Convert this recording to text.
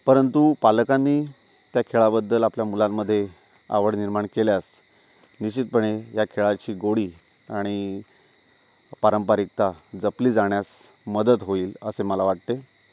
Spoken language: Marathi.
परंतु पालकांनी त्या खेळाबद्दल आपल्या मुलांमध्ये आवड निर्माण केल्यास निश्चितपणे या खेळाची गोडी आणि पारंपरिकता जपली जाण्यास मदत होईल असे मला वाटते